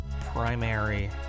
primary